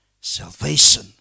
salvation